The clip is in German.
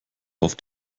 auf